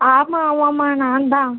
ஆமாம் ஆமாம்மா நான் தான்